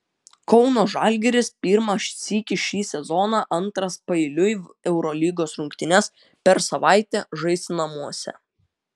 kauno žalgiris pirmą sykį šį sezoną antras paeiliui eurolygos rungtynes per savaitę žais namuose